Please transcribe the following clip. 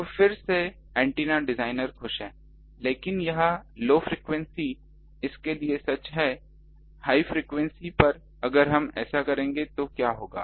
तो फिर से एंटीना डिजाइनर खुश है लेकिन यहां लो फ्रिकवेंसी इसके लिए सच है हाई फ्रिकवेंसी पर अगर हम ऐसा करेंगे तो क्या होगा